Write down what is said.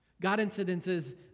God-incidences